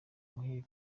muhire